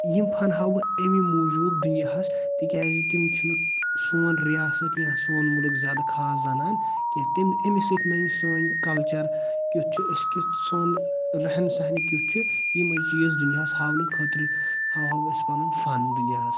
یم فَن ہاوہا بہٕ امی موٗجوٗب دُنیاہَس تِکیازِ تِم چھِنہٕ سون رَیاست یا سون مُلٕک زیادٕ خاص زانان کیٚنٛہہ امہِ سۭتۍ نَنہِ سٲنۍ کَلچر کِیُتھ چُھ أسۍ کِیُتھ چھِ سون ریہن سیہن کِیُتھ چھُ یِمےٕ چیٖز دُنیاہَس ہاوٕنہٕ خٲطرٕ ہاوٕہاو أسۍ پَنُن فَن دُنیاہَس